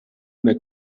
una